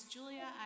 Julia